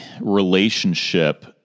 relationship